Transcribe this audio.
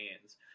hands